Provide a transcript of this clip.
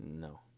No